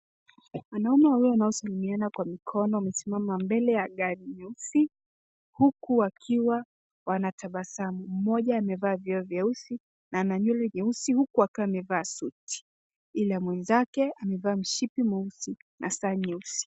Wanaume hawa wanaosalimiana kwa mikono wamesimama mbele ya gari nyeusi huku wakiwa wanatabasamu. Mmoja amevaa vioo vyeusi na ana nywele nyeusi huku akiwa amevaa suti ila mwenzake amevaa mshipi mweusi na saa nyeusi.